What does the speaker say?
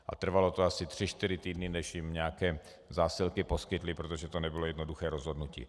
A trvalo to asi tři čtyři týdny, než jim nějaké zásilky poskytli, protože to nebylo jednoduché rozhodnutí.